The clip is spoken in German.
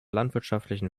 landwirtschaftlichen